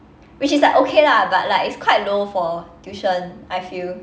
which is like okay lah but like it's quite low for tuition I feel